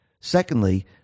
Secondly